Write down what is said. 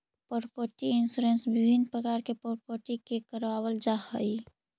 property insurance विभिन्न प्रकार के प्रॉपर्टी के करवावल जाऽ हई